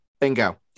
Bingo